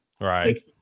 Right